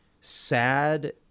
sad